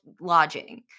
lodging